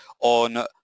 on